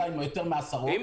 זה